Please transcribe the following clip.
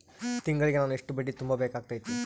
ತಿಂಗಳಿಗೆ ನಾನು ಎಷ್ಟ ಬಡ್ಡಿ ತುಂಬಾ ಬೇಕಾಗತೈತಿ?